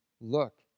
look